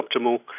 optimal